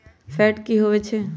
Fat की होवछै?